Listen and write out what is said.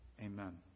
Amen